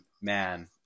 man